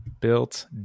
Built